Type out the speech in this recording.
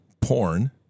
porn